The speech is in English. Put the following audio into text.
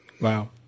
Wow